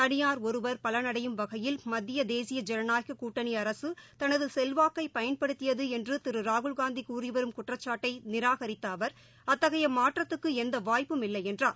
தனியார் ஒருவர் பலனடையும் வகையில் மத்திய தேசிய ஜனநாயக கூட்டணி அரசு தனது செலவாக்கை பயன்படுத்தியது என்று திரு ராகுல் காந்தி கூறிவரும் குற்றச்சாட்டை நிராகித்த அவர் அத்தகைய மாற்றத்துக்கு எந்த வாய்ப்பும் இல்லை என்றார்